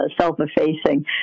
self-effacing